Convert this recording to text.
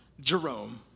Jerome